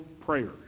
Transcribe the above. prayers